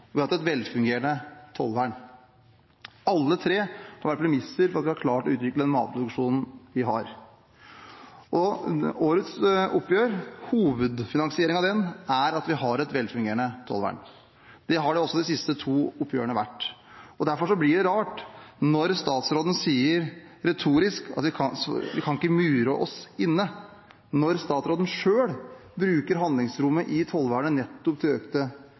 vi har hatt et velfungerende tollvern. Alle tre har vært premisser for at vi har klart å utvikle den matproduksjonen vi har. Hovedfinansieringen av årets oppgjør er at vi har et velfungerende tollvern. Det har det også vært de siste to oppgjørene, og derfor blir det rart når statsråden sier retorisk at vi ikke kan mure oss inne, når statsråden selv bruker handlingsrommet i tollvernet nettopp til